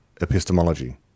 epistemology